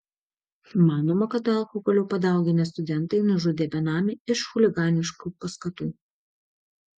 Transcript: manoma kad alkoholio padauginę studentai nužudė benamį iš chuliganiškų paskatų